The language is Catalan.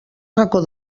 racó